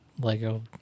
Lego